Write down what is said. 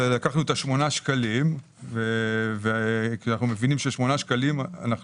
לקחנו את השמונה שקלים כי אנחנו מבינים ששמונה שקלים אנחנו